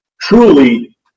truly